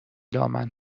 دامن